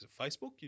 Facebook